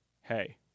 Hey